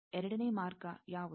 ಎರಡನೇ ಮಾರ್ಗ ಯಾವುದು